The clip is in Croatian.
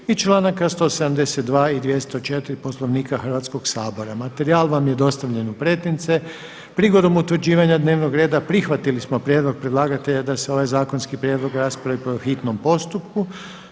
i članaka 172. i 204. Poslovnika Hrvatskog sabora. Materijal vam je dostavljen u pretince. Prigodom utvrđivanja dnevnog reda prihvatili smo prijedlog predlagatelja da se ovaj zakonski prijedlog raspravi po hitnom postupku.